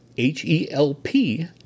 H-E-L-P